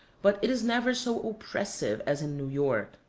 but it is never so oppressive as in new york.